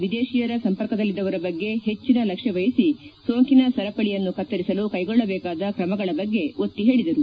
ವಿದೇಶಿಯರ ಸಂಪರ್ಕದಲ್ಲಿದ್ದವರ ಬಗ್ಗೆ ಹೆಚ್ಚಿನ ಲಕ್ಷ ವಹಿಸಿ ಸೋಂಕಿನ ಸರಪಳಿಯನ್ನು ಕತ್ತರಿಸಲು ಕ್ಷೆಗೊಳ್ಳಬೇಕಾದ ಕ್ರಮಗಳ ಬಗ್ಗೆ ಒತ್ತಿ ಹೇಳಿದರು